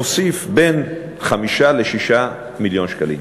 מוסיף בין 5 ל-6 מיליון שקלים,